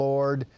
Lord